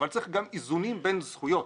אבל צריך איזונים גם בין זכויות.